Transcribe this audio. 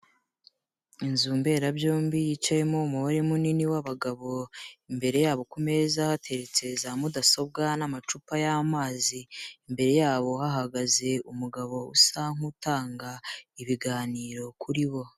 Inzu mberabyombi yicayemo umubare munini w'abagabo, imbere yabo ku meza hateretse za mudasobwa n'amacupa y'amazi, imbere yabo hahagaze umugabo usa nk'utanga ibiganiro kuri bo.